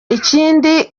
ikindi